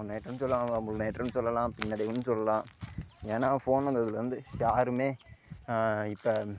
முன்னேற்றம் சொல்லவங்க முன்னேற்றம் சொல்லலாம் பின்னடைவுன்னும் சொல்லலாம் ஏன்னா ஃபோனு வந்ததுலேருந்து யாரும் இப்போ